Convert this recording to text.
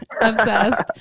Obsessed